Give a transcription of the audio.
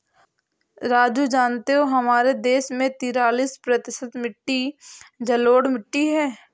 राजू जानते हो हमारे भारत देश में तिरालिस प्रतिशत मिट्टी जलोढ़ मिट्टी हैं